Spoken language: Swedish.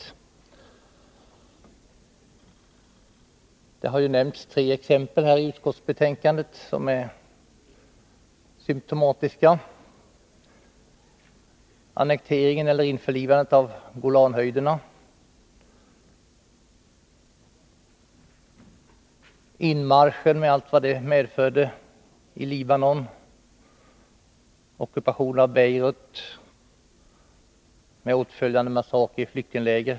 I utskottsbetänkandet har det nämnts tre exempel som är symptomatiska. 1. Annekteringen eller införlivandet av Golanhöjderna. 2. Inmarschen i Libanon med allt vad den medförde — ockupationen av Beirut med åtföljande massakrer i flyktingläger.